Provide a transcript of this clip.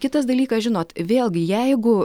kitas dalykas žinot vėlgi jeigu